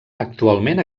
actualment